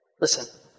Listen